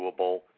doable